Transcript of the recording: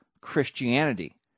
Christianity